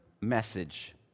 message